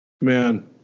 Man